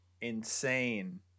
insane